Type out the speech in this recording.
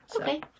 okay